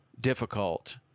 difficult